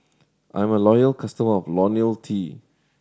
I'm a loyal customer of Ionil T